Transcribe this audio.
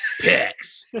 picks